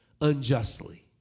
unjustly